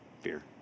Fear